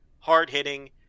hard-hitting